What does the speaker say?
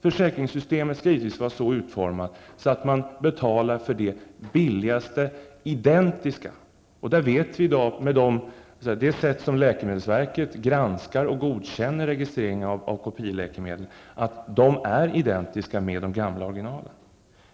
Försäkringssystemet skall givetvis vara så utformat att man betalar för det billigaste identiska läkemedlet. Genom det sätt på vilket läkemedelsverket granskar och godkänner registrering av kopieläkemedel vet vi att de är identiska med de gamla orginalen.